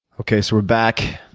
okay, so we're back.